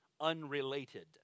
unrelated